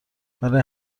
برای